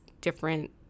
different